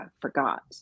forgot